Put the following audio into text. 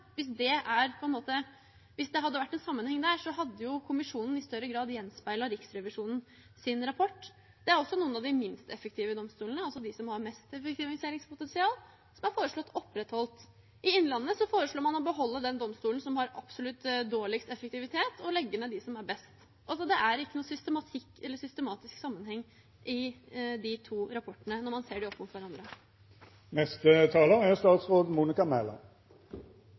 Hvis det hadde vært en sammenheng der, hadde kommisjonens rapport i større grad gjenspeilet Riksrevisjonens rapport. Det er også noen av de minst effektive domstolene – altså de som har mest effektiviseringspotensial – som er foreslått opprettholdt. I Innlandet foreslår man å beholde den domstolen som har absolutt dårligst effektivitet, og legge ned dem som er best. Det er ingen systematisk sammenheng i de to rapportene når man ser dem opp mot hverandre.